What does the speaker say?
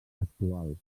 actual